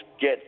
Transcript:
get